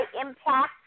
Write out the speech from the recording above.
impact